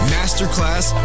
Masterclass